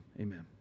Amen